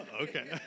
Okay